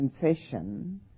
sensation